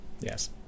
Yes